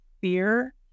fear